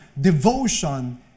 devotion